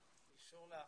אישור לאחיות.